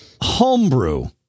homebrew